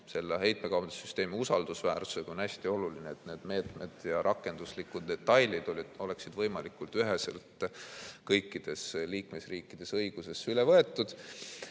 selle heitmekaubanduse süsteemi usaldusväärsusega, on hästi oluline, et need meetmed ja rakenduslikud detailid oleksid võimalikult üheselt kõikides liikmesriikides õigusesse üle võetud.